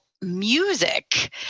music